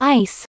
ice